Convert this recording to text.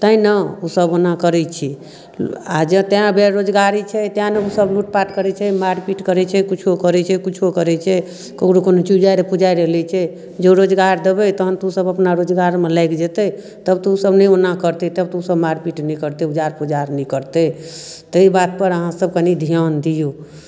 तैँ ने ओसभ ओना करै छै आ जऽ तैँ बेरोजगारी छै तैँ ने ओसभ लूटपाट करै छै मारपीट करै छै किछो करै छै किछो करै छै ककरो कोनो चीज उजारि पुजारि लै छै जँऽ रोजगार देबै तखन तऽ ओसभ अपना रोजगारमे लागि जेतै तब तऽ ओसभ नहि ओना करतै तब तऽ ओसभ मारपीट नहि करतै उजार पुजार नहि करतै ताहि बातपर अहाँसभ कनि ध्यान दियौ